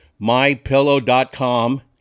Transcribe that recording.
mypillow.com